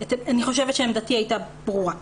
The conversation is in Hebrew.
אני חושבת שעמדתי היתה ברורה.